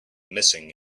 missing